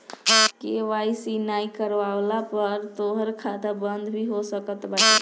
KYC नाइ करववला पअ तोहार खाता बंद भी हो सकत बाटे